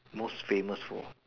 most famous for